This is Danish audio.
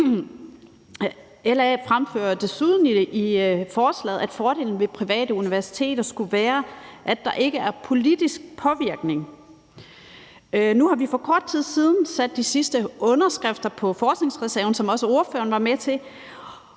LA fremfører desuden i forslaget, at fordelen ved private universiteter skulle være, at der ikke er politisk påvirkning. Nu har vi for kort tid siden sat de sidste underskrifter på fordelingen af forskningsreserven, hvad også ordføreren var med til,